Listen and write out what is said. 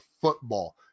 football